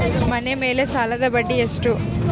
ಮನೆ ಮೇಲೆ ಸಾಲದ ಬಡ್ಡಿ ಎಷ್ಟು?